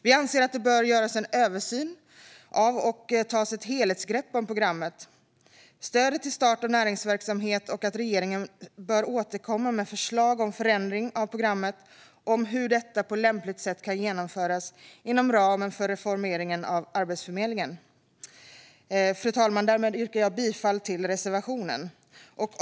Vi anser att det bör göras en översyn av och tas ett helhetsgrepp om programmet Stöd till start av näringsverksamhet och att regeringen bör återkomma med förslag om förändring av programmet och om hur detta på lämpligt sätt kan genomföras inom ramen för reformeringen av Arbetsförmedlingen. Fru talman! Därmed yrkar jag bifall till reservationen.